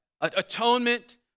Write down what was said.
atonement